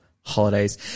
holidays